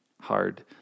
hard